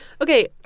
Okay